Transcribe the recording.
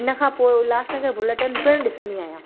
इनखां पोइ उल्हासनगर बुलेटिन पिणु ॾिसंदी आहियां